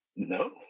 No